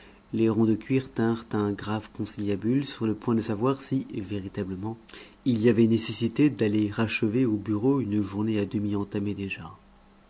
les ronds de cuir tinrent un grave conciliabule sur le point de savoir si véritablement il y avait nécessité d'aller achever au bureau une journée à demi entamée déjà